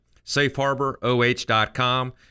safeharboroh.com